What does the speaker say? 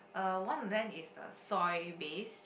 uh one of them is uh soy base